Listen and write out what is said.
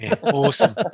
Awesome